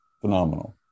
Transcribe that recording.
Phenomenal